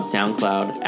SoundCloud